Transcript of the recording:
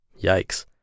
Yikes